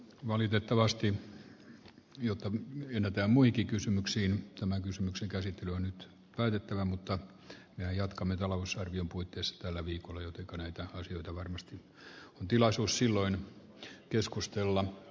valitettavasti jo tovin pienentää muikikysymykseen oman kysymyksen käsittely on nyt päätettävä mutta me jatkamme talousarvion puitteissa tällä viikolla joten koneita joita varmasti kun tilaisuus silloin keskustelu